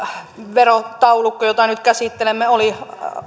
verotaulukko jota nyt käsittelemme oli